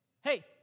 hey